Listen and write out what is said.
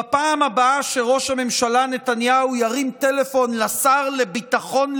בפעם הבאה שראש הממשלה נתניהו ירים טלפון לשר לביטחון לאומי,